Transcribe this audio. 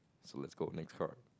so let's go next card